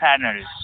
panels